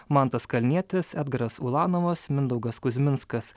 mantas kalnietis edgaras ulanovas mindaugas kuzminskas